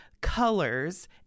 colors